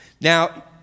Now